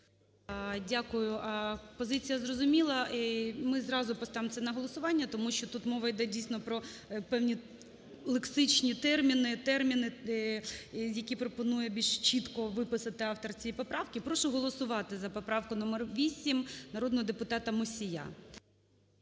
Дякую. Позиція зрозуміла. Ми зразу поставимо це на голосування, тому що тут мова йде, дійсно, про певні лексичні терміни, терміни, які пропонує більш чітко виписати автор цієї поправки. Прошу голосувати за поправку номер 8 народного депутата Мусія.